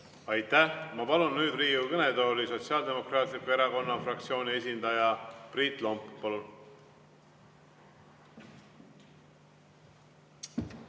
Aitäh! Ma palun nüüd Riigikogu kõnetooli Sotsiaaldemokraatliku Erakonna fraktsiooni esindaja Priit Lombi.